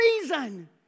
reason